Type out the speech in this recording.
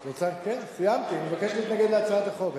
אני מבקש להתנגד להצעת החוק.